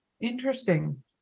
Interesting